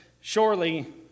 surely